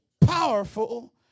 powerful